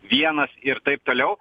vienas ir taip toliau